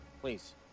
Please